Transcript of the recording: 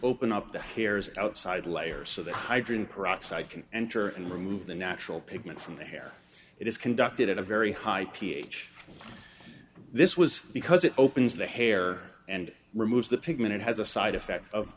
open up the hairs outside layer so the hydrogen peroxide can enter and remove the natural pigment from the hair it is conducted at a very high ph this was because it opens the hair and removes the pigment it has a side effect of